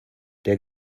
der